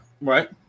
Right